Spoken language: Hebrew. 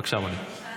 בבקשה, ווליד.